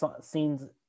scenes